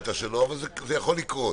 השתדלת שלא אבל זה יכול לקרות.